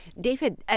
David